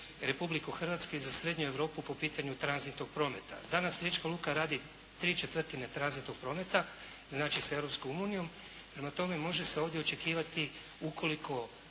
Republiku Hrvatsku i za srednju Europu po pitanju tranzitnog prometa. Danas riječka luka radi ¾ tranzitnog prometa znači sa Europskom unijom. Prema tome može se ovdje očekivati ukoliko